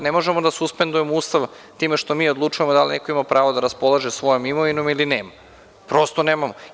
Ne možemo da suspendujemo Ustav time što mi odlučujemo da li neko ima prava da raspolaže svojom imovinom ili nema, prosto nemamo.